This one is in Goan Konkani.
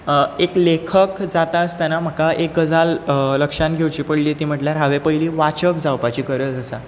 एक लेखक जाता आसताना म्हाका एक गजाल लक्षांत घेवचीं पडली ती म्हटल्यार हांवें पयलीं वाचक जावपाची गरज आसा